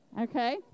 Okay